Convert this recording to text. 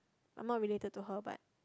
I'm not related to her but